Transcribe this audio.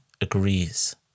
agrees